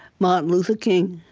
martin luther king.